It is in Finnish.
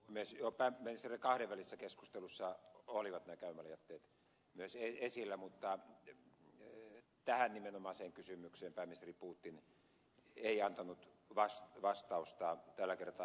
jo pääministerien kahdenvälisissä keskusteluissa olivat nämä käymäläjätteet myös esillä mutta tähän nimenomaiseen kysymykseen pääministeri putin ei antanut vastausta tällä kertaa